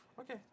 Okay